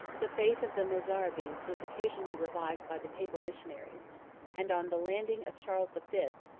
the faith of the mozarabes was occasionally revived by the papal missionaries and, on the landing of charles the fifth,